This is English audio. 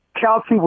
Kelsey